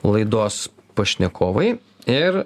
laidos pašnekovai ir